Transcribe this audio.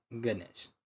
goodness